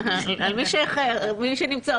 על מי שנמצא.